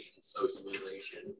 socialization